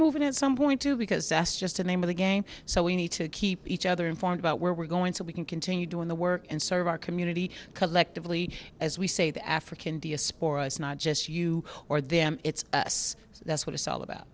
moving at some point too because that's just the name of the game so we need to keep each other informed about where we're going so we can continue doing the work and serve our community collectively as we say the african d a spore us not just you or them it's us that's what it's all about